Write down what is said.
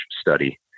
study